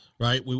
Right